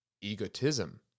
egotism